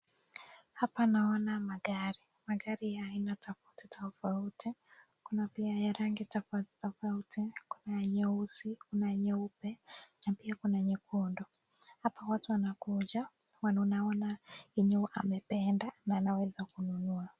Hapa naona magari, magari ya aina tofauti tofauti, kuna pia ya rangi tofauti tofauti. Kuna nyeusi, kuna nyeupe na pia kuna nyekundu. Hapa watu wanakuja na wanaona yenye amependa na anaweza kununua.